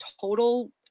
total